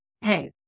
hey